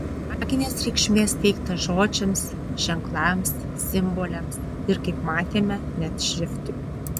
maginės reikšmės teikta žodžiams ženklams simboliams ir kaip matėme net šriftui